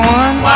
one